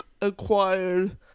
acquired